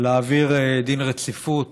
להחיל דין רציפות